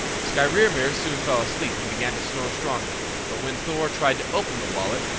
skrymir soon fell asleep and began to snore strongly but when thor tried to open the wallet,